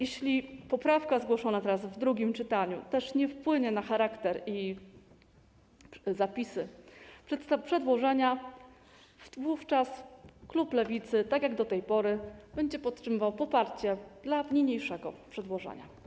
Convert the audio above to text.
Jeśli poprawka zgłoszona teraz w drugim czytaniu nie wpłynie na charakter i zapisy przedłożenia, to klub Lewicy tak jak do tej pory będzie podtrzymywał poparcie dla niniejszego przedłożenia.